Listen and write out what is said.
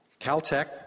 Caltech